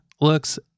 looks